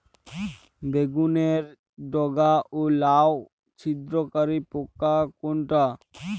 বেগুনের ডগা ও ফল ছিদ্রকারী পোকা কোনটা?